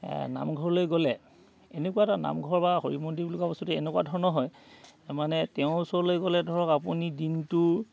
নামঘৰলৈ গ'লে এনেকুৱা এটা নামঘৰ বা হৰি মন্দিৰ বুলি কোৱা বস্তুটো এনেকুৱা ধৰণৰ হয় মানে তেওঁৰ ওচৰলৈ গ'লে ধৰক আপুনি দিনটোৰ